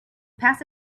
past